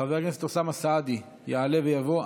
חבר הכנסת אוסאמה סעדי יעלה ויבוא.